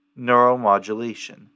Neuromodulation